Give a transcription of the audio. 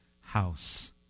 house